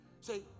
Say